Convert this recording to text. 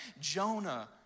Jonah